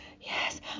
yes